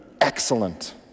excellent